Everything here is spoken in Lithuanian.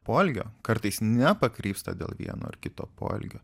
poelgio kartais nepakrypsta dėl vieno ar kito poelgio